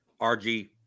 RG